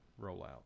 rollout